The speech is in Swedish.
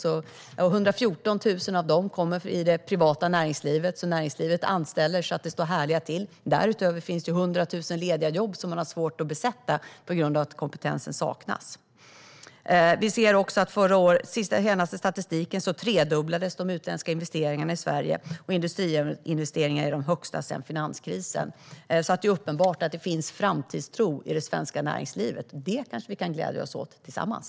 114 000 av dessa jobb kommer i det privata näringslivet. De anställer så att det står härliga till. Därutöver finns 100 000 lediga jobb som man har svårt att besätta på grund av att kompetensen saknas. Vi ser i den senaste statistiken att de utländska investeringarna i Sverige har tredubblats. Industriinvesteringarna är de största sedan finanskrisen. Det är alltså uppenbart att det finns framtidstro i det svenska näringslivet. Det kanske vi kan glädja oss åt tillsammans.